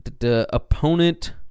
opponent